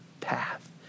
path